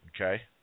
Okay